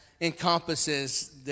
encompasses